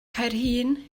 caerhun